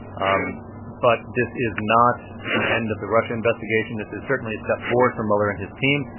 um but this is not the end of the russia investigation. this is certainly a step forward for mueller and his team.